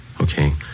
Okay